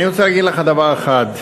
אני רוצה להגיד לך דבר אחד,